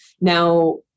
Now